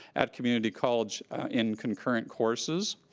at community college in concurrent courses.